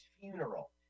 funeral